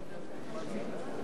ההסתייגות לחלופין (ב) של קבוצת סיעת חד"ש